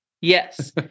Yes